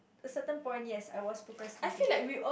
certain point yes I was procrastinating that